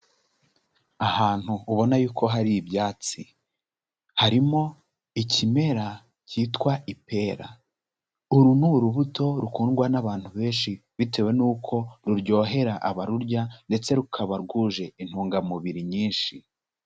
Ahantu ubona yuko hari ibyatsi harimo ikimera cyitwa ipera, uru ni urubuto rukundwa n'abantu benshi bitewe n'uko ruryohera abarurya ndetse rukaba rwuje intungamubiri nyinshi.